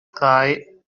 drei